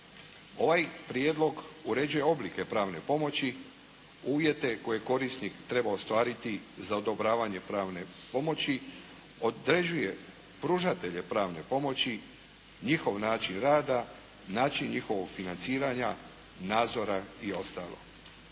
Ovaj prijedlog uređuje oblike pravne pomoći, uvjete koje korisnik treba ostvariti za odobravanje pravne pomoći, određuje pružatelje pravne pomoći, njihov način rada, način njihovog financiranja, nadzora i ostalo.